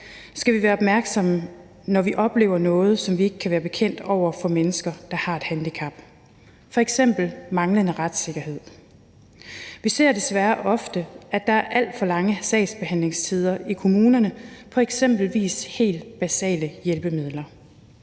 skal vi være opmærksomme, når vi oplever noget, som vi ikke kan være bekendt over for mennesker, der har et handicap, f.eks. manglende retssikkerhed. Vi ser desværre ofte, at der er alt for lange sagsbehandlingstider i kommunerne, f.eks. i forhold til helt basale hjælpemidler.